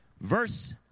Verse